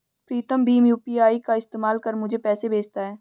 प्रीतम भीम यू.पी.आई का इस्तेमाल कर मुझे पैसे भेजता है